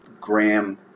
Graham